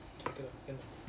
okay lah can lah